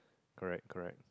correct correct